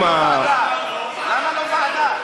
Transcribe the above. למה לא ועדה?